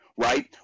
Right